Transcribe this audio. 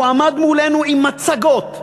הוא עמד מולנו עם מצגות,